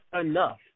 enough